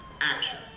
Action